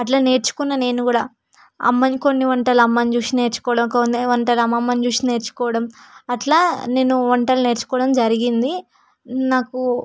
అట్లా నేర్చుకున్న నేను కూడా అమ్మని కొన్ని వంటలు అమ్మని చూసి నేర్చుకోవడం కొన్ని వంటలు అమ్మమ్మని చూసి నేర్చుకోవడం అట్లా నేను వంటలు నేర్చుకోవడం జరిగింది నాకు